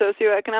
socioeconomic